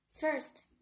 first